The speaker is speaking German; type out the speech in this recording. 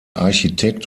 architekt